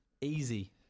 Easy